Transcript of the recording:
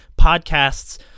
podcasts